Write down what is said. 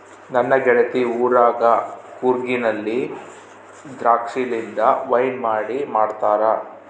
ನನ್ನ ಗೆಳತಿ ಊರಗ ಕೂರ್ಗಿನಲ್ಲಿ ದ್ರಾಕ್ಷಿಲಿಂದ ವೈನ್ ಮಾಡಿ ಮಾಡ್ತಾರ